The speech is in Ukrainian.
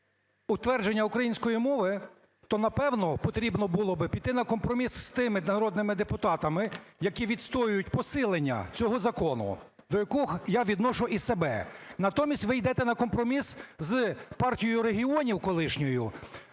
утвердження української мови, то, напевно, потрібно було би піти на компроміс з тими народними депутатами, які відстоюють посилення цього закону, до яких я відношу і себе. Натомість ви йдете на компроміс з Партією регіонів колишньою,